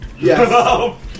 Yes